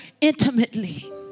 intimately